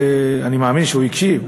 אני מאמין שהוא הקשיב,